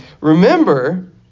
Remember